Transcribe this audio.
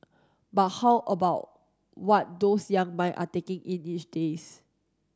but how about what those young mind are taking in each days